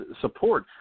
support